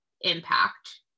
impact